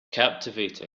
captivating